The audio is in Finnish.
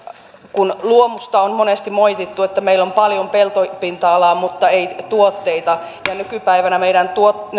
kun luomua on monesti moitittu että meillä on paljon peltopinta alaa mutta ei tuotteita ja nykypäivänä esimerkiksi meidän